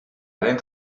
haren